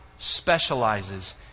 specializes